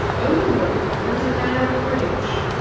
over the brook there was a narrow bridge,